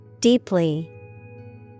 Deeply